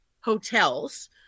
hotels